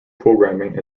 programming